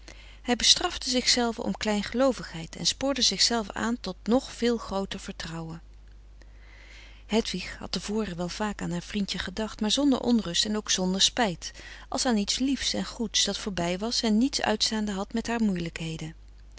hij bestrafte zichzelven om kleingeloovigheid en spoorde zichzelven aan tot nog veel grooter vertrouwen hedwig had te voren wel vaak aan haar vriendje gedacht maar zonder onrust en ook zonder spijt als aan iets liefs en goeds dat voorbij was en niets uitstaande had met haar moeielijkheden